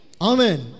Amen